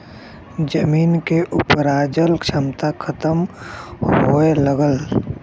जमीन के उपराजल क्षमता खतम होए लगल